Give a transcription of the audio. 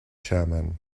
chairman